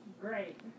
Great